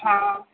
हा